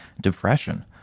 depression